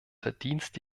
verdienst